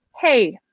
hey